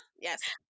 yes